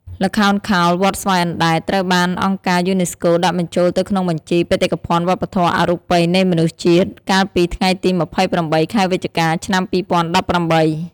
ល្ខោនខោលវត្តស្វាយអណ្តែត ត្រូវបានអង្គការយូណេស្កូ ដាក់បញ្ចូលទៅក្នុងបញ្ជី បេតិកភណ្ឌវប្បធម៌អរូបីនៃមនុស្សជាតិ កាលពី ថ្ងៃទី២៨ ខែវិច្ឆិកា ឆ្នាំ២០១៨។